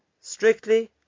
strictly